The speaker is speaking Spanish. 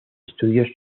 estudios